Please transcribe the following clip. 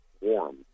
warm